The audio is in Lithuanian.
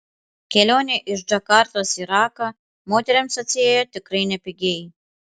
kelionė iš džakartos į raką moterims atsiėjo tikrai nepigiai